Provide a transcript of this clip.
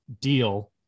deal